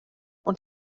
und